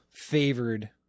Favored